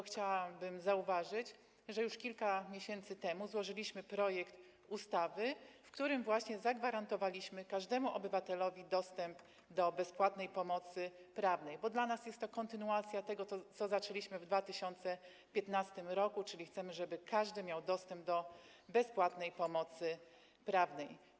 Chciałabym zauważyć, że już kilka miesięcy temu złożyliśmy projekt ustawy, w którym zagwarantowaliśmy każdemu obywatelowi dostęp do bezpłatnej pomocy prawnej, bo dla nas jest to kontynuacja tego, co zaczęliśmy w 2015 r., czyli chcemy, żeby każdy miał dostęp do bezpłatnej pomocy prawnej.